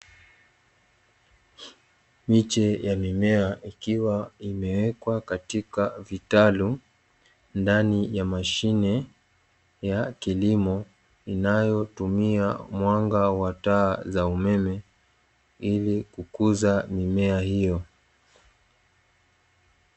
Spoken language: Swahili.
Miche ya mimea ikiwa imewekwa katika vitalu ndani ya mashine ya kilimo inayotumia mwanga wa taa za umeme, ili kukuza mimea hiyo.